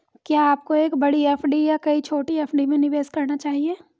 क्या आपको एक बड़ी एफ.डी या कई छोटी एफ.डी में निवेश करना चाहिए?